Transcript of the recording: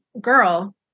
girl